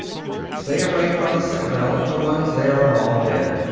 stay away from the citadel the ones there are all dead.